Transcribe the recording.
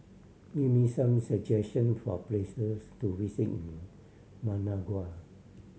give me some suggestion for places to visit in Managua